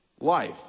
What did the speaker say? life